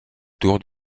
tour